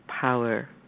power